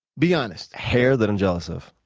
be honest. hair that i'm jealous of.